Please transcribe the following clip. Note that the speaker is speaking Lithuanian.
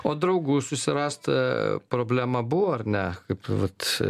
o draugų susirast a problema buvo ar ne kaip vat